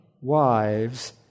wives